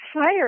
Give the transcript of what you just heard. fire